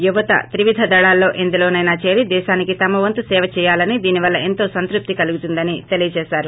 యువత త్రివిధ దళాల్లో ఎందులోసైనా చేరి దేశానికీ తమ వంతు సేవ చెయ్యాలని దీని వల్ల ఎంతో సంత్పప్తి కలుగుతుందని తెలియజేసారు